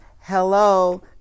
Hello